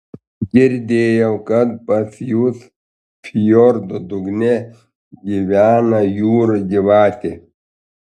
girdėjau kad pas jus fjordo dugne gyvena jūrų gyvatė